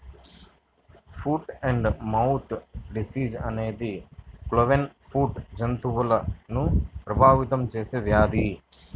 foot and mouth disease అనేది cloven foot జంతువులను ప్రభావితం చేసే వ్యాధి